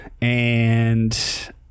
and-